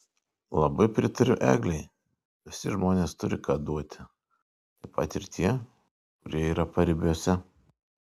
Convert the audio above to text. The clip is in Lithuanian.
labai pritariu eglei visi žmonės turi ką duoti taip pat ir tie kurie yra paribiuose